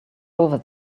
over